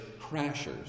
crashers